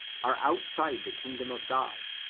are outside the kingdom of god,